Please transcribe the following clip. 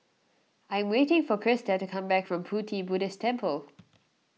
I am waiting for Krista to come back from Pu Ti Buddhist Temple